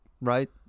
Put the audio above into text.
Right